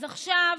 אז עכשיו